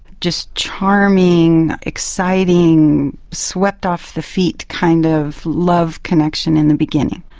just charming, exciting, swept off the feet kind of love connection in the beginning.